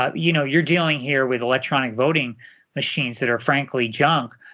ah you know you're dealing here with electronic voting machines that are frankly junk,